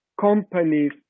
companies